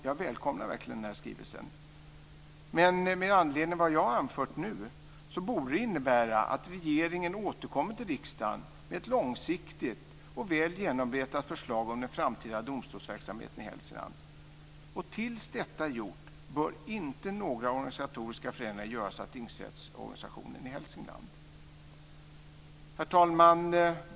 Jag välkomnar verkligen den här skrivelsen, men med anledning av vad jag har anfört nu borde det innebära att regeringen återkommer till riksdagen med ett långsiktigt och väl genomarbetat förslag om den framtida domstolsverksamheten i Hälsingland. Tills detta är gjort bör inte några organisatoriska förändringar av tingsrättsorganisationen i Herr talman!